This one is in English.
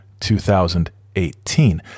2018